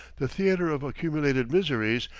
the theatre of accumulated miseries,